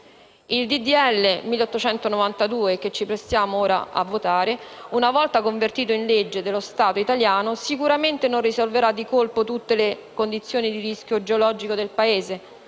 n. 1892, che ci apprestiamo a votare, una volta divenuto legge dello Stato italiano sicuramente non risolverà di colpo tutte le condizioni di rischio geologico del Paese,